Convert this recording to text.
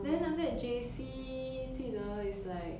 then after that J_C 记得 is like